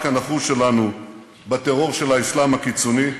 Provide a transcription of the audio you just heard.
הנחוש שלנו בטרור של האסלאם הקיצוני,